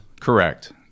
correct